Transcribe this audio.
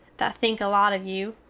that think a lot of you,